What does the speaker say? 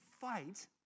fight